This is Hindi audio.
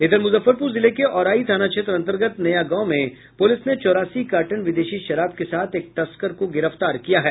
इधर मुजफ्फरपुर जिले के औराई थाना क्षेत्र अंतर्गत नया गांव में पुलिस ने चौरासी कार्टन विदेशी शराब के साथ एक तस्कर को गिरफ्तार किया है